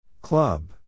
Club